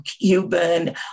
Cuban